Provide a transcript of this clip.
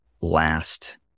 last